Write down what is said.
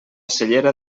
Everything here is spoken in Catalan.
cellera